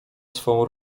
swą